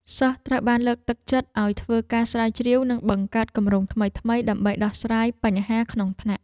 សិស្សត្រូវបានលើកទឹកចិត្តឱ្យធ្វើការស្រាវជ្រាវនិងបង្កើតគម្រោងថ្មីៗដើម្បីដោះស្រាយបញ្ហាក្នុងថ្នាក់។